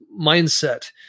mindset